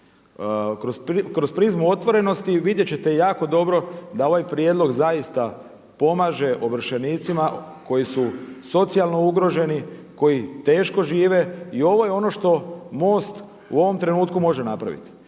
kroz prizmu otvorenosti vidjet ćete jako dobro da ovaj prijedlog zaista pomaže ovršenicima koji su socijalno ugroženi, koji teško žive i ovo je ono što MOST u ovom trenutku može napraviti.